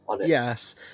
Yes